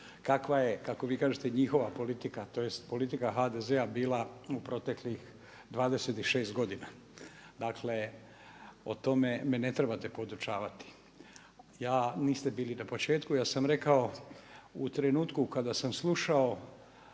kakva je kako vi kažete njihova politika tj. politika HDZ-a bila u proteklih 26 godina. Dakle, o tome me ne trebate podučavati. Ja, niste bili na početku, ja sam rekao u trenutku kada sam slušao